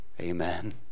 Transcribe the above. Amen